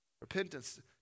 Repentance